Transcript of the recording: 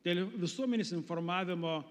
dėl visuomenės informavimo